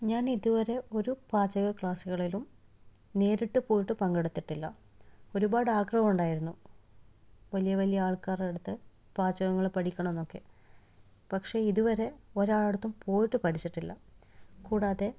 ഞാനിതുവരെ ഒരു പാചക ക്ലാസുകളിലും നേരിട്ട് പോയിട്ട് പങ്കെടുത്തിട്ടില്ല ഒരുപാട് ആഗ്രഹം ഉണ്ടായിരുന്നു വലിയ വലിയ ആള്ക്കാരുടെ അടുത്ത് പാചകങ്ങൾ പഠിക്കണമെന്നൊക്കെ പക്ഷേ ഇതുവരെ ഒരാളുടെയടുത്തും പോയിട്ട് പഠിച്ചിട്ടില്ല കൂടാതെ